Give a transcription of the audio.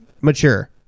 Mature